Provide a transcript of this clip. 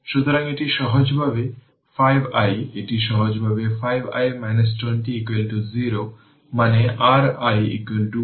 সুতরাং যদি এটি 40 হয় তাহলে R eq ইকুইভ্যালেন্ট হবে 10 90 তাই 100 Ω